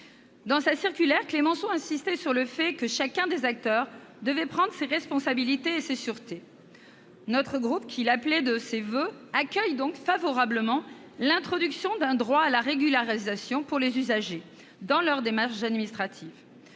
Dans sa circulaire, Clemenceau insistait sur le fait que chacun des acteurs devait prendre « ses responsabilités et ses sûretés ». Les élus de notre groupe accueillent donc favorablement l'introduction d'un « droit à la régularisation » pour les usagers dans leurs démarches administratives.